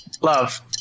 love